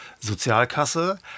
Sozialkasse